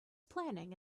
planning